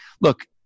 Look